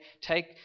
take